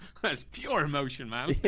because pure emotion, man